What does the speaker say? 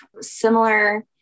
similar